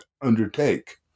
undertake